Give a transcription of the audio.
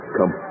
Come